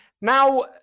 Now